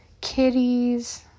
kitties